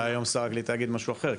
אולי היום שר הקליטה יגיד משהו אחר.